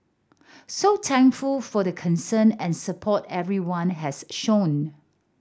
so thankful for the concern and support everyone has shown